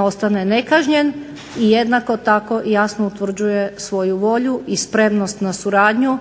ostane nekažnjen i jednako tako utvrđuje svoju volju i spremnost na suradnju